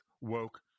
woke